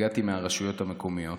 הגעתי מהרשויות המקומיות.